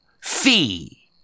fee